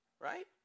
Right